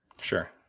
sure